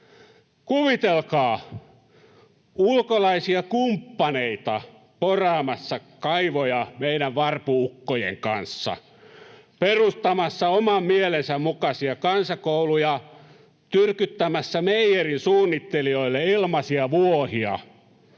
Kuvitelkaa ulkolaisia kumppaneita poraamassa kaivoja meidän varpu-ukkojen kanssa, perustamassa oman mielensä mukaisia kansakouluja, tyrkyttämässä meijerin suunnittelijoille ilmaisia vuohia,